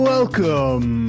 Welcome